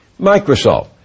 Microsoft